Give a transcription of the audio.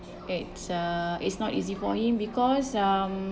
it's uh it's not easy for him because um